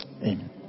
amen